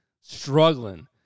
struggling